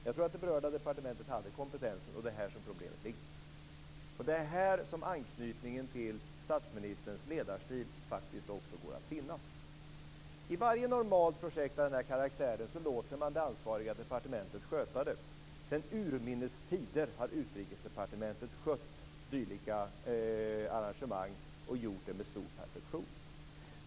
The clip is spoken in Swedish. Jag tror att det berörda departementet hade kompetensen, och det är här som problemet ligger. Det är här som anknytningen till statsministerns ledarstil går att finna. I varje normalt projekt av den här karaktären låter man det ansvariga departementet sköta det. Sedan urminnes tider har Utrikesdepartementet skött dylika arrangemang och gjort det med stor perfektion.